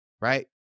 right